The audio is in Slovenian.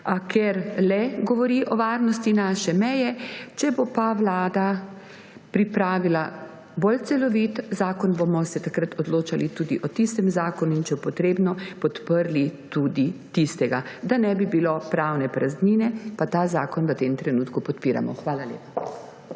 Ker le govori o varnosti naše meje. Če bo pa Vlada pripravila bolj celovit zakon, se bomo takrat odločali tudi o tistem zakonu, in če bo potrebno, podprli tudi tistega. Da ne bi bilo pravne praznine, pa ta zakon v tem trenutku podpiramo. Hvala lepa.